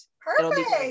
Perfect